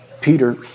Peter